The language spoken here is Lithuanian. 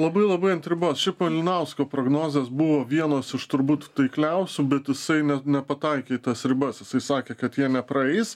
labai labai ant ribos šiaip malinausko prognozės buvo vienos iš turbūt taikliausių bet jisai net nepataikė į tas ribas jisai sakė kad jie nepraeis